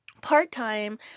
Part-time